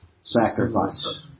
sacrifice